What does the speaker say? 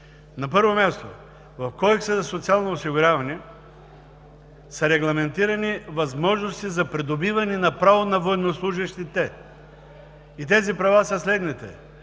На първо място, в Кодекса за социално осигуряване са регламентирани възможностите за придобиване на право на военнослужещите. И тези права са следните: